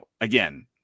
again